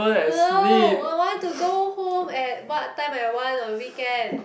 I want to go home at what time I want on weekend